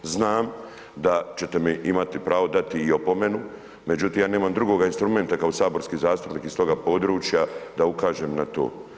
Znam da ćete mi imati pravo dati i opomenu, međutim, ja nemam drugoga instrumenta kao saborski zastupnik iz toga područja da ukažem na to.